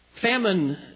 Famine